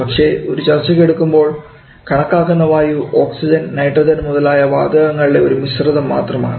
പക്ഷേ ഒരു ചർച്ചക്ക് എടുക്കുമ്പോൾ കണക്കാക്കുന്ന വായു ഓക്സിജൻ നൈട്രജൻ മുതലായ വാതകങ്ങളുടെ ഒരു മിശ്രിതം മാത്രമാണ്